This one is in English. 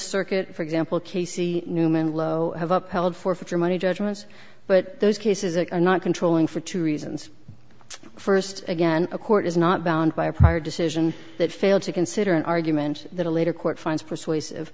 circuit for example casey newman low of up held forfeiture money judgments but those cases are not controlling for two reasons first again a court is not bound by a prior decision that failed to consider an argument that a later court finds persuasive